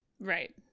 Right